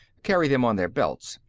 carry them on their belts.